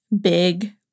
big